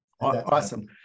Awesome